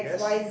yes